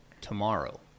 tomorrow